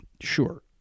sure